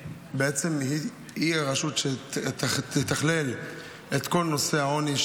רשות שתתכלל את כל נושא העוני,